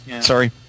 Sorry